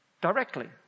directly